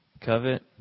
covet